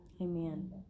Amen